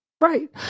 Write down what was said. Right